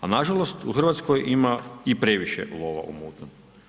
A nažalost u Hrvatskoj ima i previše lova u mutnom.